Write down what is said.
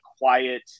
quiet